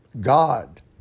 God